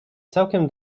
całkiem